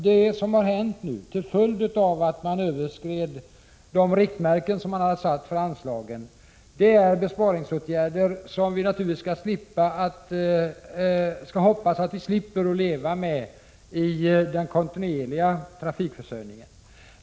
Det som har hänt nu till följd av att man överskred de riktmärken som man hade uppsatt för anslagen är besparingsåtgärder som vi naturligtvis skall hoppas att vi slipper leva med i den kontinuerliga trafikförsörjningen.